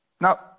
Now